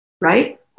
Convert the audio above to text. right